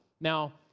Now